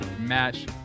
match